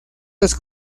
los